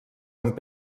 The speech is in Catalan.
amb